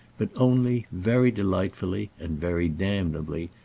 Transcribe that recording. but only, very delightfully and very damnably,